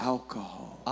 Alcohol